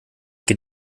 geht